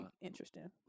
interesting